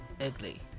ugly